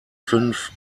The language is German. fünf